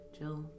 Jill